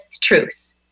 truth